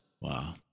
Wow